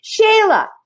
Shayla